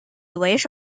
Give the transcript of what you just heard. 为首